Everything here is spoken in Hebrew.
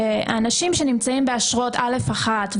שאנשים שנמצאים באשרות א1,